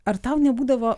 ar tau nebūdavo